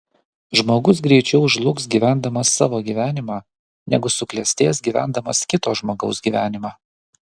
žmogus greičiau žlugs gyvendamas savo gyvenimą negu suklestės gyvendamas kito žmogaus gyvenimą